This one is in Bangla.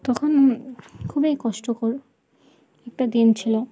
তখন খুবই কষ্টকর একটা দিন ছিল